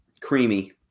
Creamy